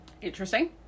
Interesting